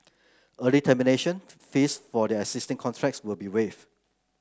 early termination fees for their existing contracts will be waived